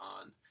on